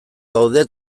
daude